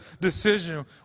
decision